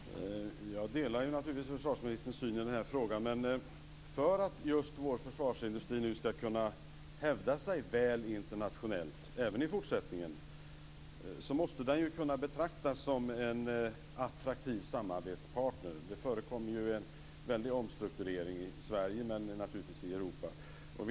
Fru talman! Jag delar naturligtvis försvarsministerns syn i den här frågan. För att vår försvarsindustri nu skall kunna hävda sig väl internationellt även i fortsättningen måste den kunna betraktas som en attraktiv samarbetspartner. Det förekommer en väldig omstrukturering i Sverige men naturligtvis också i övriga Europa.